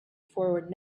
forward